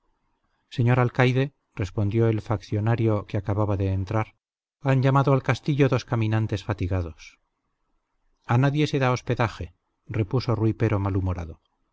señor alcaide respondió el faccionario que acababa de entrar han llamado al castillo dos caminantes fatigados a nadie se da hospedaje repuso rui pero malhumorado